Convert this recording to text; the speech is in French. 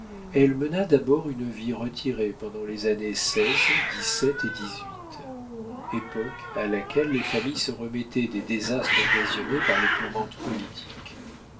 elle mena d'abord une vie retirée pendant les années et époque à laquelle les familles se remettaient des désastres occasionnés par les tourmentes politiques